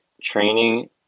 training